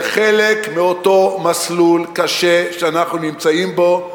זה חלק מאותו מסלול קשה שאנחנו נמצאים בו,